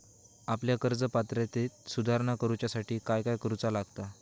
आपल्या कर्ज पात्रतेत सुधारणा करुच्यासाठी काय काय करूचा लागता?